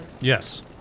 Yes